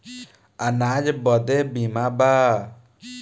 अनाज बदे बीमा बा